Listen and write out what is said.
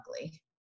ugly